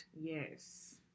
Yes